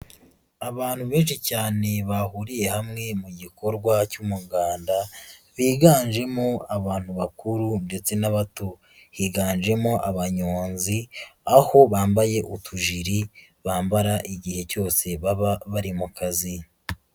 Abantu benshi cyane bahuriye hamwe mu gikorwa cy'umuganda, biganjemo abantu bakuru ndetse n'abato, higanjemo abanyonzi, aho bambaye utujiri bambara igihe cyose baba bari mu kazi.